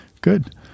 Good